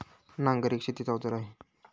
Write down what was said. नांगर एक शेतीच अवजार आहे